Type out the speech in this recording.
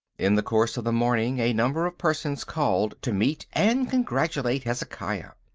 in the course of the morning a number of persons called to meet and congratulate hezekiah.